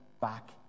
back